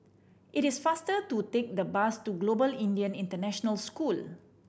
it is faster to take the bus to Global Indian International School